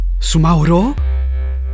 Sumauro